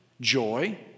Joy